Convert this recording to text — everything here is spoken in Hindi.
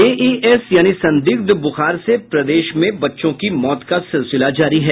एईएस यानि संदिग्ध बुखार से प्रदेश में बच्चों की मौत का सिलसिला जारी है